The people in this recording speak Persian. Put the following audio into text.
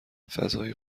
فضای